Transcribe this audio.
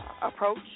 approach